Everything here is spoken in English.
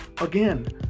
again